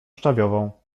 szczawiową